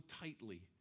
tightly